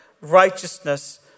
righteousness